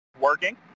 working